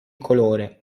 colore